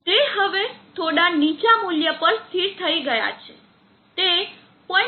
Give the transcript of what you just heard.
તે હવે થોડા નીચા મૂલ્ય પર સ્થિર થઈ ગયા છે તે 0